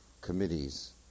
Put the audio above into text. committees